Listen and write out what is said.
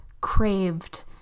craved